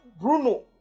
Bruno